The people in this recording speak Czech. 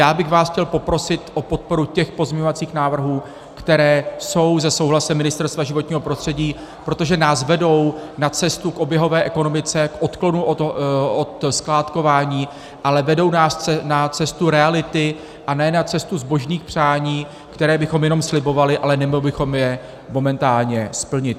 Já bych vás chtěl poprosit o podporu těch pozměňovacích návrhů, které jsou se souhlasem Ministerstva životního prostředí, protože nás vedou na cestu k oběhové ekonomice, k odklonu od skládkování, ale vedou nás na cestu reality, a ne na cestu zbožných přání, která bychom jenom slibovali, ale nemohli bychom je momentálně splnit.